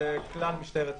לכלל משטרת ישראל.